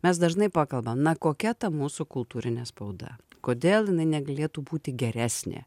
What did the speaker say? mes dažnai pakalbam na kokia ta mūsų kultūrinė spauda kodėl jinai negalėtų būti geresnė